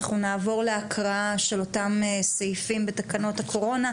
אנחנו נעבור להקראה של אותם סעיפים בתקנות הקורונה,